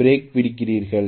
break பிடிக்கிறீர்கள்